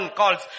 calls